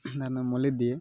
ଧାନ ମଲେଇ ଦିଏ